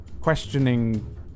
questioning